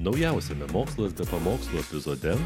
naujausiame mokslas be pamokslų epizode